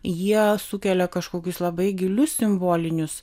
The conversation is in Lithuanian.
jie sukelia kažkokius labai gilius simbolinius